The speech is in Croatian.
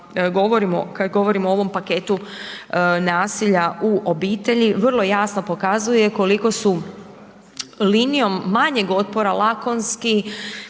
kad govorimo o ovom paketu nasilja u obitelji, vrlo jasno pokazuje koliko su linijom manjeg otpora lakonski